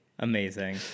amazing